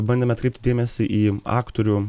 bandėme atkreipti dėmesį į aktorių